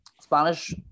spanish